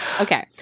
Okay